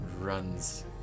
Runs